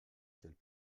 qu’elle